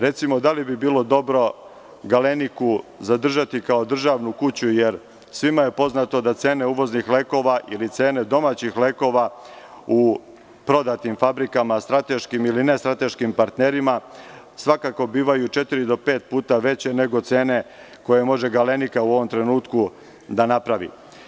Recimo, da li bi bilo dobro „Galeniku“ zadržati kao državnu kuću, jer svima je poznato da cene uvoznih lekova ili cene domaćih lekova u prodatim fabrikama, strateškim ili nestrateškim partnerima, svakako bivaju četiri do pet puta veće nego cene koje može „Galenika“ u ovom trenutku da napravi?